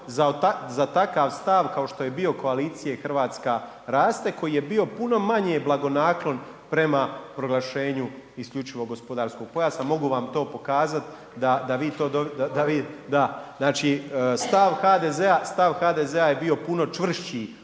za takav stav kao što je bio koalicije Hrvatska raste, koji je bio puno manje blagonaklon prema proglašenju isključivog gospodarskog pojasa. Mogu vam to pokazati da vi to, da, znači stav HDZ-a je bio puno čvršći